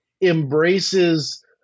embraces